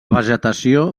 vegetació